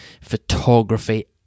photography